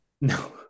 No